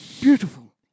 beautiful